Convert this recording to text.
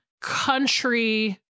country